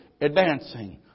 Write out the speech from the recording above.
advancing